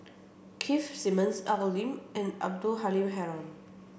Keith Simmons Al Lim and Abdul Halim Haron